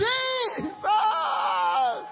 Jesus